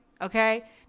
Okay